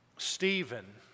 Stephen